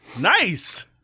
Nice